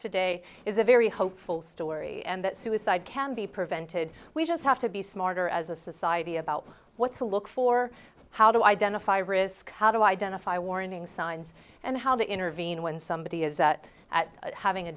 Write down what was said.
today is a very hopeful story and that suicide can be prevented we just have to be smarter as a society about what to look for how to identify risk how to identify warning signs and how to intervene when somebody is that having a